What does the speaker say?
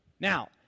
Now